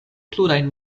plurajn